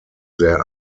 sehr